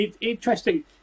Interesting